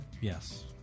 Yes